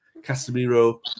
casemiro